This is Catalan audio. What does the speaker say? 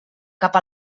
cap